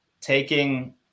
taking